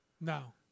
No